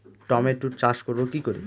টমেটোর চাষ করব কি করে?